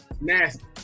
Nasty